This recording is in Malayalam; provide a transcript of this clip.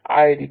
ആയിരിക്കും